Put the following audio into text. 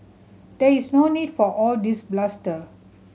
there is no need for all this bluster